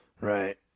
Right